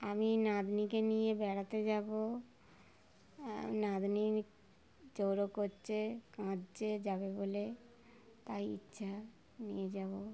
আমি নাতনিকে নিয়ে বেড়াতে যাব নাতনি জোরও করছে কাঁদছে যাবে বলে তাই ইচ্ছা নিয়ে যাব